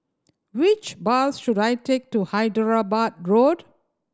which bus should I take to Hyderabad Road